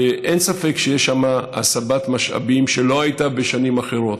אין ספק שיש שם הסבת משאבים שלא הייתה בשנים אחרות,